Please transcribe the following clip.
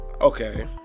Okay